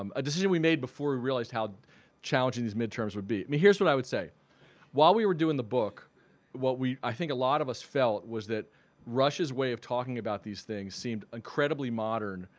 um a decision we made before we realized how challenging these midterms would be. i mean here's what i would say while we were doing the book what we, i think a lot of us felt, was that rush's way of talking about these things seemed incredibly modern,